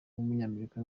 w’umunyamerika